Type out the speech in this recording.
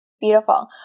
Beautiful